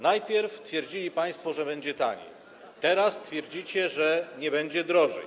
Najpierw twierdzili państwo, że będzie taniej, teraz twierdzicie, że nie będzie drożej.